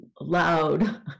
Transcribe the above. loud